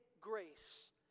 grace